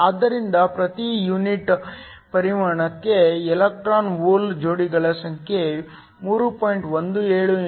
ಆದ್ದರಿಂದ ಪ್ರತಿ ಯೂನಿಟ್ ಪರಿಮಾಣಕ್ಕೆ ಎಲೆಕ್ಟ್ರಾನ್ ಹೋಲ್ ಜೋಡಿಗಳ ಸಂಖ್ಯೆ 3